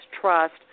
trust